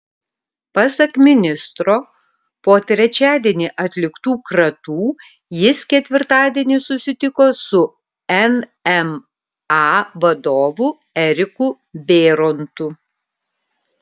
pasak ministro po trečiadienį atliktų kratų jis ketvirtadienį susitiko su nma vadovu eriku bėrontu